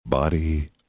Body